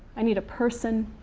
i need a person.